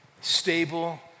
stable